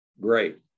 great